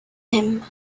him